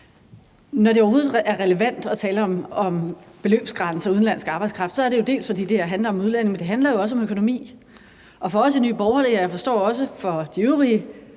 Når det overhovedet er relevant at tale om beløbsgrænser og udenlandsk arbejdskraft, er det jo både, fordi det her handler om udlændinge, men også fordi det handler om økonomi, og for os i Nye Borgerlige – og jeg forstår også for de øvrige